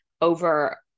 over